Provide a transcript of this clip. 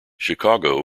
chicago